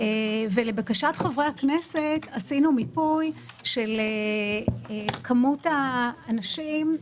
לבקשת חברי הכנסת עשינו מיפוי של כמות האנשים,